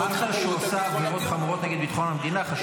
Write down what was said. אמרת שהוא עשה עבירות חמורות נגד ביטחון המדינה.